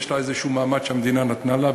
יש לה מעמד כלשהו שהמדינה נתנה לה,